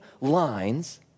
lines